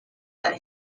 that